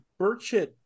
Burchett